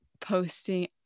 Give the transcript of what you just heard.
posting